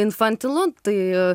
infantilu tai